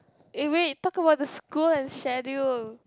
eh wait talk about the school and schedule